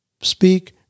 speak